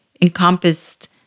encompassed